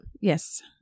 Yes